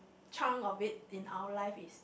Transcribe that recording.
chuck in our life is